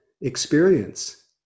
experience